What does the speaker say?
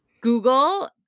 Google